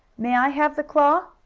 may i have the claw?